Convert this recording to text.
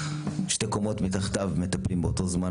שתי קומות מתחתיו מטפלים באותו זמן